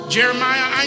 Jeremiah